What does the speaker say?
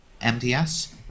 MDS